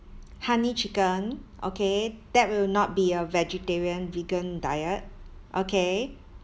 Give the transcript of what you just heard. honey chicken okay that will not be a vegetarian vegan diet okay